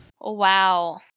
Wow